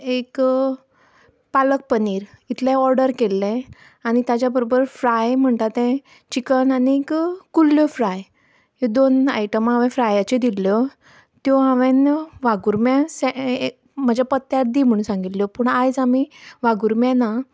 एक पालक पनीर इतलें ऑर्डर केल्लें आनी ताज्या बरोबर फ्राय म्हणटा तें चिकन आनीक कुल्ल्यो फ्राय ह्यो दोन आयटमां हांवें फ्रायाची दिल्ल्यो त्यो हांवें वागुर्म्या म्हज्या पत्त्यार दी म्हणून सांगिल्ल्यो पूण आयज आमी वागुर्म्यां ना